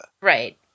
Right